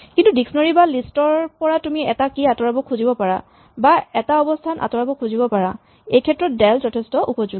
কিন্তু ডিক্সনেৰী বা লিষ্ট ৰ পৰা তুমি এটা কী আঁতৰাব খুজিব পাৰা বা এটা অৱস্হান আঁতৰাব খুজিব পাৰা এইক্ষেত্ৰত ডেল যথেষ্ঠ উপযোগী